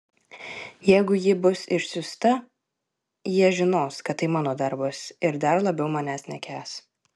jeigu ji bus išsiųsta jie žinos kad tai mano darbas ir dar labiau manęs nekęs